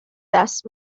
دست